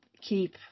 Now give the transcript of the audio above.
keep